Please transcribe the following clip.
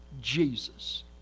Jesus